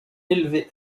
élevés